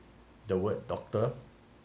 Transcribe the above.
the word doctor